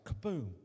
kaboom